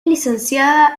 licenciada